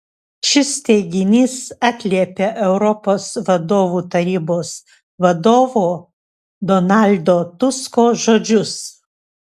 šis teiginys atliepia europos vadovų tarybos vadovo donaldo tusko žodžius